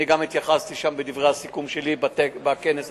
אני גם התייחסתי בדברי הסיכום שלי בכנס עצמו.